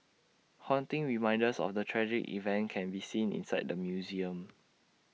haunting reminders of the tragic event can be seen inside the museum